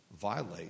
violate